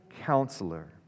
Counselor